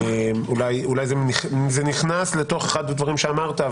אולי זה נכנס לתוך הדברים שאמרת,